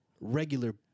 Regular